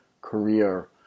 career